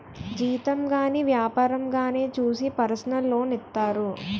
జీతం గాని వ్యాపారంగానే చూసి పర్సనల్ లోన్ ఇత్తారు